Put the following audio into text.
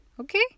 Okay